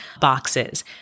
boxes